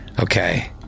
Okay